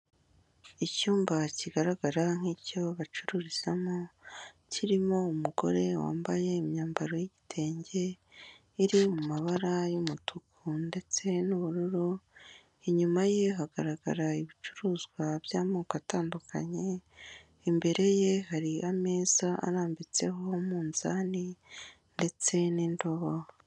Icyumba kigaragara nk'icyo bacururizamo kirimo umugore wambaye imyambaro y'igitenge iri mu mabara y'umutuku ndetse n'ubururu inyuma ye hagaragara ibicuruzwa by'amoko atandukanye imbere ye hari ameza arambitseho umunzani ndetse n'indobo.